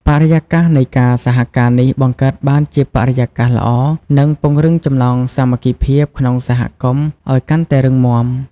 បរិយាកាសនៃការសហការនេះបង្កើតបានជាបរិយាកាសល្អ និងពង្រឹងចំណងសាមគ្គីភាពក្នុងសហគមន៍ឲ្យកាន់តែរឹងមាំ។